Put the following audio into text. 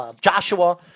Joshua